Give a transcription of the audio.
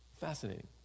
Fascinating